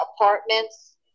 apartments